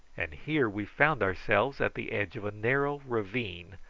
and here we found ourselves at the edge of a narrow ravine,